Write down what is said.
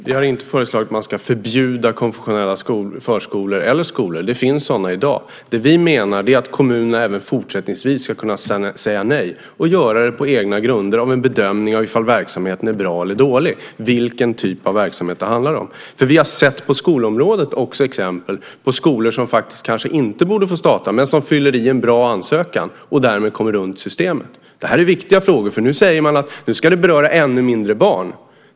Fru talman! Vi har inte föreslagit att man ska förbjuda konfessionella förskolor eller skolor. Det finns sådana i dag. Vi menar att kommunerna även fortsättningsvis ska kunna säga nej och göra det på egna grunder genom en bedömning av om verksamheten är bra eller dålig och vilken typ av verksamhet det handlar om. På skolområdet har vi sett exempel på skolor som kanske inte borde få starta men som fyller i en bra ansökan och därmed kommer runt systemet. Det här är viktiga frågor. Nu säger man att de ska beröra ännu mindre barn.